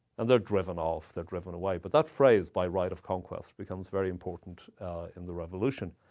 and they're driven off, they're driven away. but that phrase by right of conquest becomes very important in the revolution.